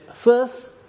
First